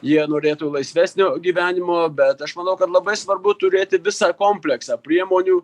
jie norėtų laisvesnio gyvenimo bet aš manau kad labai svarbu turėti visą kompleksą priemonių